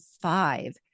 five